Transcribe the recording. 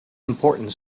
important